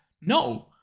No